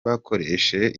bakoresha